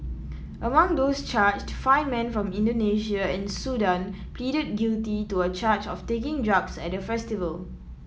among those charged five men from Indonesia and Sudan pleaded guilty to a charge of taking drugs at the festival